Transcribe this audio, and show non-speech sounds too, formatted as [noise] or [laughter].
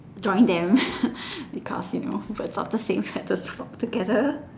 join them [laughs] because you know birds of the same feathers flock together